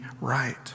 right